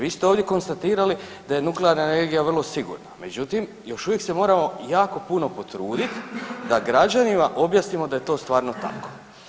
Vi ste ovdje konstatirali da je nuklearna energija vrlo sigurna, međutim još uvijek se moram jako puno potrudit da građanima objasnimo da to stvarno tako.